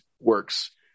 works